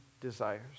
desires